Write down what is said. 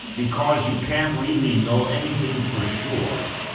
because you can't really know anything for sure,